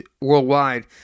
worldwide